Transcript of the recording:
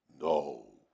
No